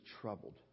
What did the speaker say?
troubled